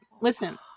listen